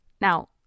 Now